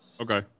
okay